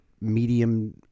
medium